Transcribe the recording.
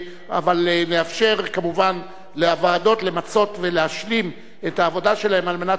אבל נאפשר כמובן לוועדות למצות ולהשלים את העבודה שלהן על מנת